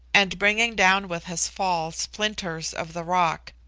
and bringing down with his fall splinters of the rock,